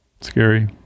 Scary